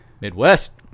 Midwest